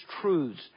truths